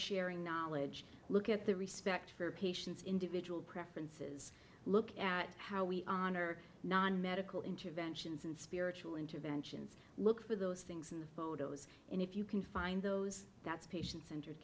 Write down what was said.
sharing knowledge look at the respect for patients individual preferences look at how we honor non medical interventions and spiritual interventions look for those things in the photos and if you can find those that's patient centered